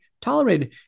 tolerated